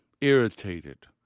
irritated